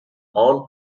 all